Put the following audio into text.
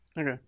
Okay